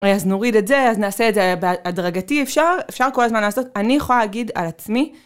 אז נוריד את זה אז נעשה את זה הדרגתי אפשר אפשר כל הזמן לעשות אני יכולה להגיד על עצמי.